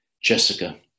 Jessica